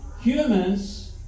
humans